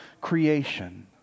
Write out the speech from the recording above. creation